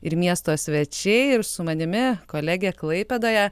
ir miesto svečiai ir su manimi kolegė klaipėdoje